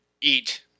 Eat